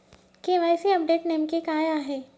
KYC update नेमके काय आहे?